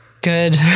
Good